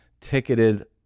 ticketed